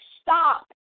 stop